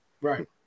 Right